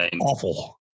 awful